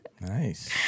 Nice